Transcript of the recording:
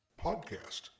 Podcast